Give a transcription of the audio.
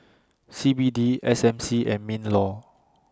C B D S M C and MINLAW